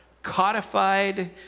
codified